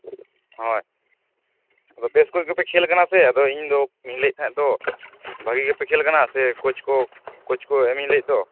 ᱦᱳᱭ ᱟᱫᱚ ᱵᱮᱥ ᱠᱷᱚᱡᱜᱮᱯᱮ ᱠᱷᱮᱞ ᱠᱟᱱᱟ ᱥᱮ ᱟᱫᱚ ᱤᱧ ᱫᱚ ᱞᱟᱹᱭᱮᱫ ᱛᱟᱦᱮᱫ ᱫᱚ ᱵᱷᱟᱜᱮ ᱜᱮᱯᱮ ᱠᱷᱮᱞ ᱠᱟᱱᱟ ᱥᱮ ᱠᱳᱪ ᱠᱚ ᱠᱳᱪ ᱠᱚ ᱮᱢᱤᱧ ᱢᱮᱱᱮᱫ ᱫᱚ